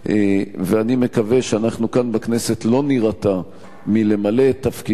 ואני מקווה שאנחנו כאן בכנסת לא נירתע מלמלא את תפקידנו